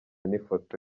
n’ifoto